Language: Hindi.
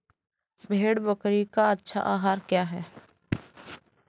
भेड़ बकरी का अच्छा आहार क्या है?